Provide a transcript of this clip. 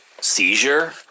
seizure